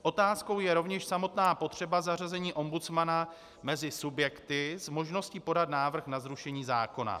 Otázkou je rovněž samotná potřeba zařazení ombudsmana mezi subjekty s možností podat návrh na zrušení zákona.